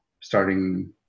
starting